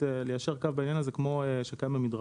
ליישר קו בעניין הזה כמו שקיים במדרכה.